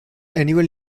annual